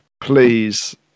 please